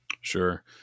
Sure